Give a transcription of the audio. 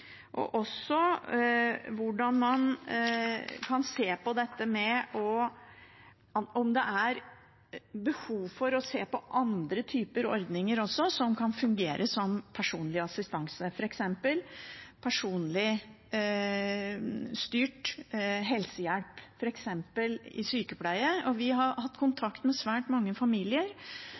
Man kan også se på om det er behov for andre typer ordninger som kan fungere som personlig assistanse, f.eks. personlig styrt helsehjelp i sykepleie. Vi har hatt kontakt med svært mange familier